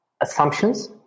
assumptions